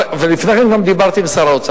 ולפני כן גם דיברתי עם שר האוצר.